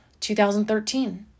2013